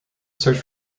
search